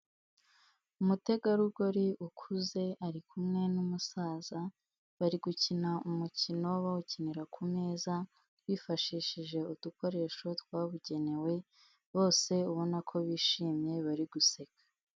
Umutegarugori ukuze ari kumwe n'umusaza, bari gukina umukino bawukinira ku meza bifashishije udukoresho twabugenewe, bose ubona ko bishimye bari guseka.